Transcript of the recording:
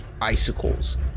icicles